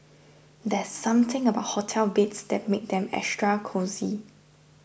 there's something about hotel beds that makes them extra cosy